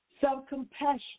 Self-compassion